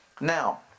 Now